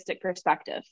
perspective